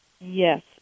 Yes